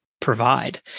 provide